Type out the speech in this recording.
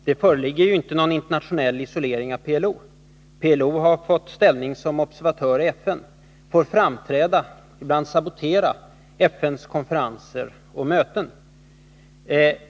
Herr talman! Någon internationell isolering av PLO föreligger ju inte. PLO har fått ställning som observatör i FN, får framträda vid — och ibland sabotera — FN:s konferenser och möten.